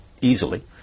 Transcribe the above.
easily